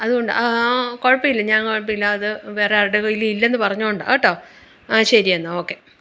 അതുകൊണ്ടാണ് ആ കുഴപ്പമില്ല ഞങ്ങൾ പിന്നെ അത് വേറെ ആരുടെ കയ്യിലും ഇല്ലെന്ന് പറഞ്ഞതുകൊണ്ടാണ് കേട്ടോ ആ ശരി എന്നാല് ഓക്കെ